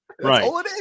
Right